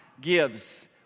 gives